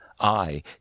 I